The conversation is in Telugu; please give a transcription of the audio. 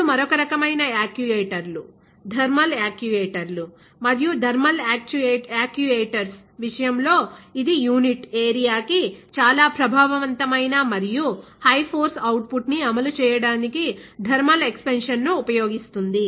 ఇప్పుడు మరొక రకమైన యాక్యుయేటర్లు థర్మల్ యాక్యుయేటర్లు మరియు థర్మల్ యాక్యుయేటర్స్ విషయం లో ఇది యూనిట్ ఏరియా కి చాలా ప్రభావవంతమైన మరియు హై ఫోర్స్ అవుట్ పుట్ ని అమలు చేయడానికి థర్మల్ ఎక్సపెన్షన్ ను ఉపయోగిస్తుంది